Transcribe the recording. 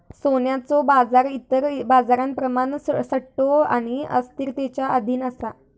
सोन्याचो बाजार इतर बाजारांप्रमाण सट्टो आणि अस्थिरतेच्या अधीन असा